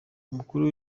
umukuru